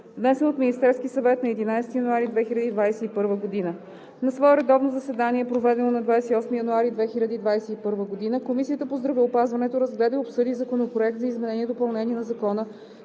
внесен от Министерския съвет на 11 януари 2021 г. На свое редовно заседание, проведено на 28 януари 2021 г., Комисията по здравеопазването разгледа и обсъди Законопроект за изменение и допълнение на Закона